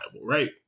right